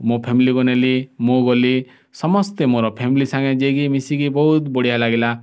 ମୋ ଫ୍ୟାମିଲିକୁ ନେଲି ମୁଁ ଗଲି ସମସ୍ତେ ମୋର ଫ୍ୟାମିଲି ସାଙ୍ଗେ ଯାଇକି ମିଶିକି ବହୁତ ବଢ଼ିଆ ଲାଗିଲା